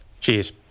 Cheers